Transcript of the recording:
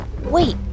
Wait